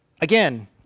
Again